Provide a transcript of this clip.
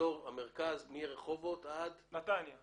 מרחובות עד נתניה?